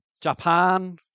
Japan